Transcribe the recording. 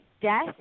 Death